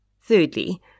thirdly